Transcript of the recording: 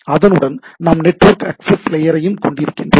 அதனுடன் நாம் network access லேயரையும் கொண்டிருக்கின்றோம்